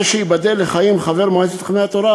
וייבדל לחיים חבר מועצת חכמי התורה,